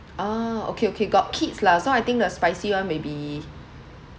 ah okay okay got kids lah so I think the spicy [one] may be